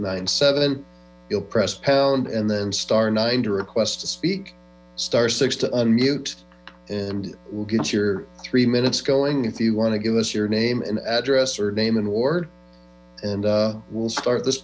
nine seven you'll press pound and then star nine to request to speak star six two on mute and we'll get your three minutes going if you want to give us your name and address or name and ward and we'll start this